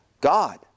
God